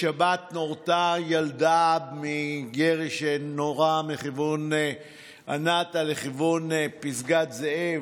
בשבת נורתה ילדה מירי שנורה מכיוון ענאתא לכיוון פסגת זאב,